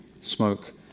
smoke